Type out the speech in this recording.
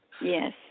Yes